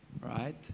Right